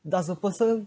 does the person